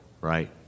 right